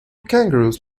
kangaroos